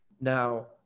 Now